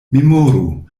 memoru